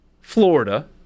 Florida